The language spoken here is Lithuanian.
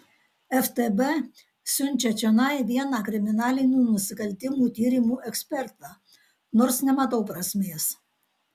ftb siunčia čionai vieną kriminalinių nusikaltimų tyrimų ekspertą nors nematau prasmės